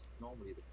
normally